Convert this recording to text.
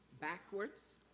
backwards